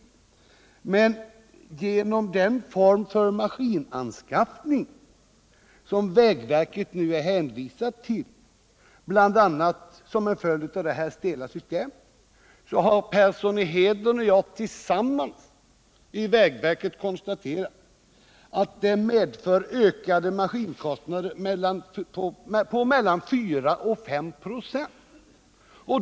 Herr Persson i Heden och jag har tillsammans i vägverket konstaterat att den form för maskinanskaffning som vägverket nu är hänvisat till, bl.a. såsom en följd av detta stela system, medför ökade kostnader på i genomsnitt 4 till 5 96 för de fordon och maskiner som man måste hyra in.